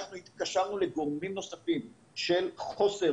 התקשרנו לגורמים נוספים של חוסר,